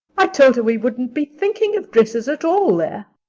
i told her we wouldn't be thinking of dresses at all there.